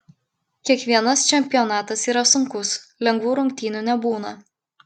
kiekvienas čempionatas yra sunkus lengvų rungtynių nebūna